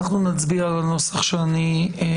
אנחנו נצביע על הנוסח שהצעתי.